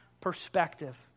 perspective